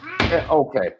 Okay